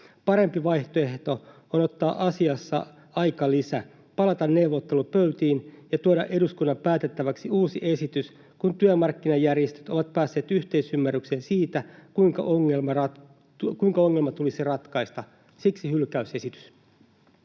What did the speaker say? Parempi vaihtoehto on ottaa asiassa aikalisä, palata neuvottelupöytiin ja tuoda eduskunnan päätettäväksi uusi esitys, kun työmarkkinajärjestöt ovat päässeet yhteisymmärrykseen siitä, kuinka ongelma tulisi ratkaista. Siksi hylkäysesitys.